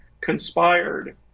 conspired